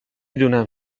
دونم